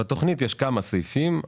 בתוכנית יש כמה סעיפים.